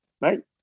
right